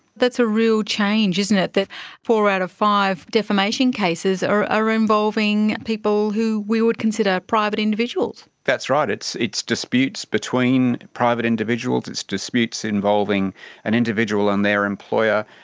that's a real change, isn't it, that four out of five defamation cases are are involving people who we would consider private individuals. that's right, it's it's disputes between private individuals, it's disputes involving an individual and their employer,